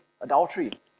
adultery